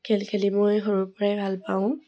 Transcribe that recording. খেল খেলি মই সৰুৰ পৰাই ভাল পাওঁ